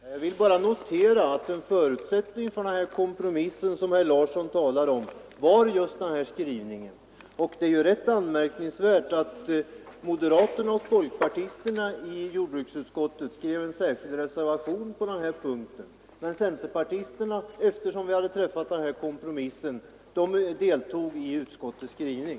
Herr talman! Jag vill bara notera att en förutsättning för sådana kompromisser som herr Larsson i Borrby talar om var just en sådan här skrivning. Det är rätt anmärkningsvärt att moderaterna och folkpartisterna i jordbruksutskottet avger en särskild reservation medan centerpartisterna, som gått med på kompromissen, ställt sig bakom utskottets skrivning.